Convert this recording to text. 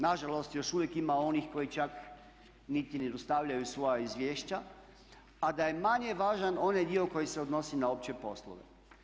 Nažalost još uvijek ima onih koji čak niti ne dostavljaju svoja izvješća a da je manje važan onaj dio koji se odnosi na opće poslove.